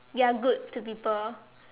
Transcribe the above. you are good to people